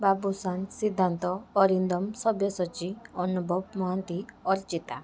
Babushan Siddhant Arindam Sabyasachi Anubhav Mohanty Archita